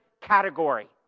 category